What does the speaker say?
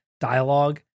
dialogue